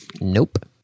Nope